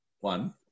one